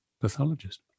pathologist